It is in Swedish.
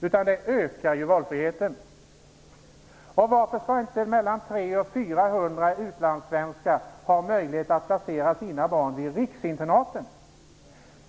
utan det ökar den. Varför skall inte 300-400 utlandssvenskar ha möjlighet att placera sina barn vid riksinternaten?